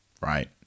right